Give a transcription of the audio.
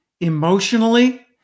emotionally